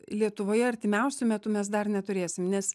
lietuvoje artimiausiu metu mes dar neturėsim nes